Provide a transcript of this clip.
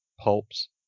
pulps